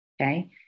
okay